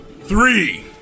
Three